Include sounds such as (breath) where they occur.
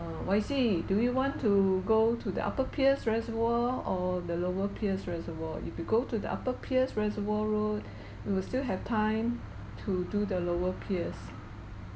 uh wai see do you want to go to the upper peirce reservoir or the lower peirce reservoir if you go to the upper peirce reservoir road (breath) we will still have time to do the lower peirce